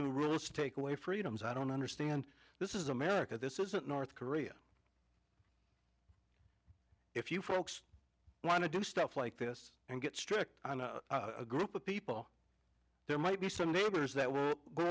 new rules take away freedoms i don't understand this is america this isn't north korea if you folks want to do stuff like this and get strict a group of people there might be some neighbors that